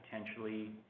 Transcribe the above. potentially